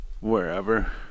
wherever